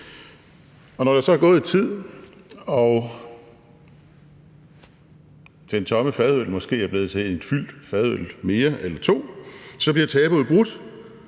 Når der så er gået lidt tid – og den tomme fadøl måske er blevet til en fyldt fadøl eller to mere – så bliver tabuet brudt,